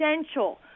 essential